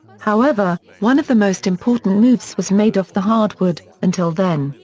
however, one of the most important moves was made off the hardwood until then,